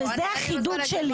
וזה החידוד שלי,